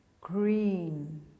green